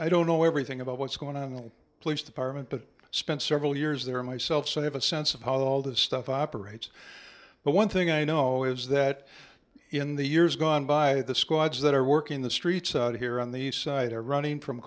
i don't know everything about what's going on in the police department but spent several years there myself so i have a sense of how all this stuff operates but one thing i know is that in the years gone by the squads that are working the streets out here on the east side are running from